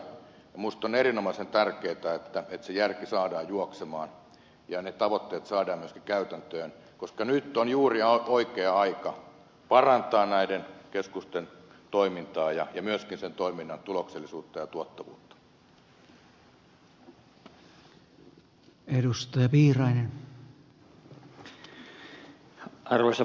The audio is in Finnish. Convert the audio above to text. minusta on erinomaisen tärkeätä että se järki saadaan juoksemaan ja ne tavoitteet saadaan myöskin käytäntöön koska nyt on juuri oikea aika parantaa näiden keskusten toimintaa ja myöskin toiminnan tuloksellisuutta ja tuottavuutta